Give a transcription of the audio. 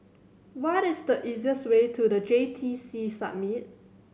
what is the easiest way to The J T C Summit